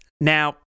Now